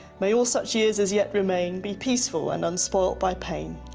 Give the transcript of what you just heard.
may all such years as yet remain be peaceful, and unspoilt by pain!